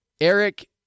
Eric